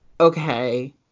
okay